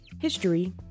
history